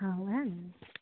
हँ ओएह ने